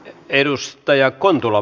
arvoisa puhemies